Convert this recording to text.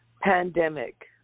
pandemic